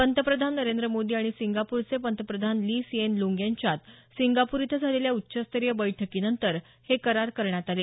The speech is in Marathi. पंतप्रधान नरेंद्र मोदी आणि सिंगाप्रचे पंतप्रधान ली सियेन लूंग यांच्यात सिंगापूर इथं झालेल्या उच्चस्तरीय बैठकीनंतर हे करार करण्यात आले